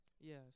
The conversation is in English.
Yes